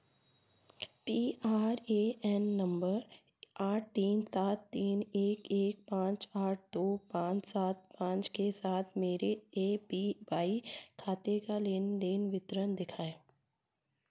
P R A N number आठ तीन सात तीन एक एक पाँच आठ दो पाँच सात पाँच के साथ मेरे ए पी वाई खाते का लेन देन वितरण दिखाएँ